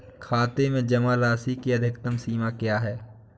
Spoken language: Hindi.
खाते में जमा राशि की अधिकतम सीमा क्या है?